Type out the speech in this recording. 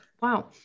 Wow